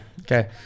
Okay